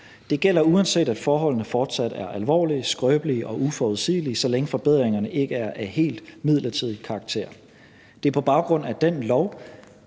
Det gælder, uanset at forholdene fortsat er alvorlige, skrøbelige og uforudsigelige, så længe forbedringerne ikke er af helt midlertidig karakter. Det er på baggrund af den lov,